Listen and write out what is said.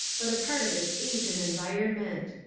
but a part of its age and environment.